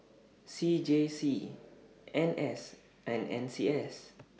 C J C N S and N C S